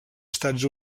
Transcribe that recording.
estats